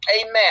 amen